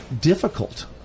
difficult